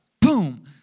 Boom